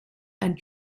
and